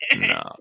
No